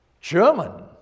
German